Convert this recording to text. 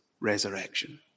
resurrection